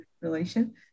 relation